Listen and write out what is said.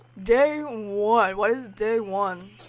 day one. what is day one?